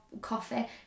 coffee